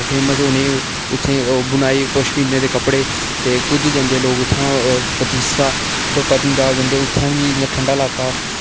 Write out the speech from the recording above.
famous उ'नें उत्थै बुनाई पशमीना दे कपड़े ते कुद्द जंदे लोक उत्थूं दा पतीसा पतनीटाॅप जंदे उरें बी ठंड़ा इलाका ऐ